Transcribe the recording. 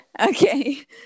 Okay